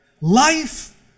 Life